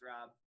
Rob